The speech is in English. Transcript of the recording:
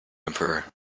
emperor